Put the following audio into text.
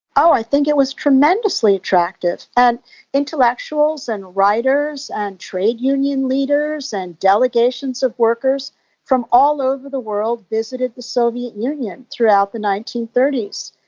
i think it was tremendously attractive, and intellectuals and writers and trade union leaders and delegations of workers from all over the world visited the soviet union throughout the nineteen thirty s.